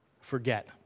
forget